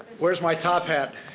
where's my top hat.